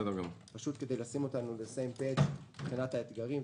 פשוט כדי שנעמוד באותו עמוד מבחינת האתגרים,